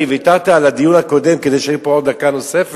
אני ויתרתי על הדיון הקודם כדי שאני אהיה פה עוד דקה נוספת.